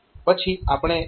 પછી આપણે SETB 3